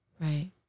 Right